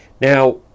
Now